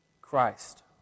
Christ